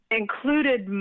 included